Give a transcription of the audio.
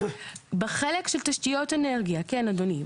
בחלק של תשתיות אנרגיה, כן אדוני.